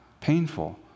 painful